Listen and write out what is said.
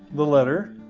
the letter,